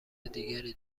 دیگری